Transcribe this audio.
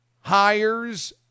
hires